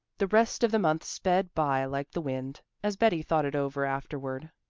the rest of the month sped by like the wind. as betty thought it over afterward,